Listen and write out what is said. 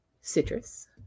citrus